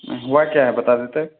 ہوا کیا ہے بتا دیتے